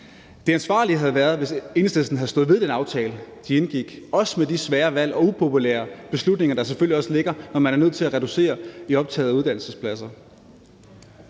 Det ansvarlige havde været, hvis Enhedslisten havde stået ved den aftale, de indgik, også med de svære valg og upopulære beslutninger, der selvfølgelig også ligger, når man er nødt til at reducere i og optaget af uddannelsespladser.